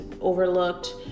overlooked